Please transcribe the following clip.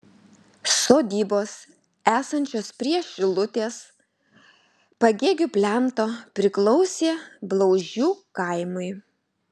sodybos esančios prie šilutės pagėgių plento priklausė blauzdžių kaimui